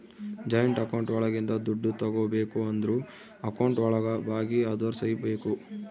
joint account ಒಳಗಿಂದ ದುಡ್ಡು ತಗೋಬೇಕು ಅಂದ್ರು ಅಕೌಂಟ್ ಒಳಗ ಭಾಗಿ ಅದೋರ್ ಸಹಿ ಬೇಕು